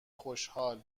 خوشحال